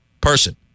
person